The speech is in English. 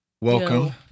Welcome